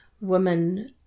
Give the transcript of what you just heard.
women